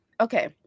okay